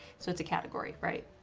so it's a category right?